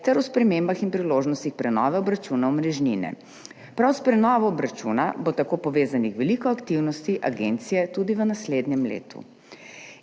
ter o spremembah in priložnostih prenove obračuna omrežnine. Prav s prenovo obračuna bo tako povezanih veliko aktivnosti agencije tudi v naslednjem letu.